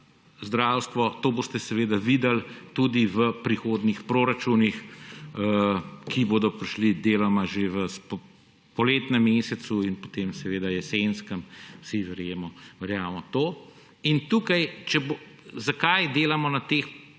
zdravstvo. To boste seveda videli tudi v prihodnjih proračunih, ki bodo prišli deloma že v poletnem mesecu in potem seveda jesenskem, vsi verjamemo to. Zakaj delamo na teh